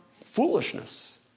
foolishness